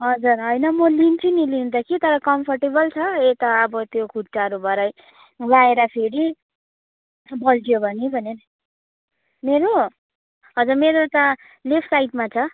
हजुर होइन म लिन्छु नि लिनु त कि तर कम्फर्टेबल छ यता अब त्यो खुट्टाहरू भरे लगाएर फेरि बल्झियो भने भनेर मेरो हजुर मेरो त लेफ्ट साइडमा छ